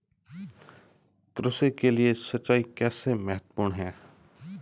कृषि के लिए सिंचाई कैसे महत्वपूर्ण है?